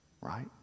right